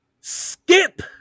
Skip